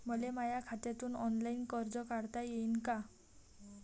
मले माया खात्यातून ऑनलाईन कर्ज काढता येईन का?